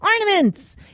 ornaments